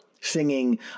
singing